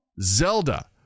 Zelda